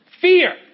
fear